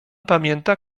pamięta